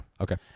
Okay